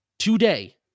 Today